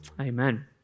Amen